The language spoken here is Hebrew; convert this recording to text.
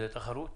זאת תחרות?